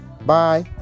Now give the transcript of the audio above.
Bye